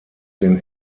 den